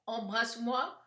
Embrasse-moi